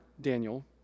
Daniel